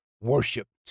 worshipped